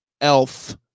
Elf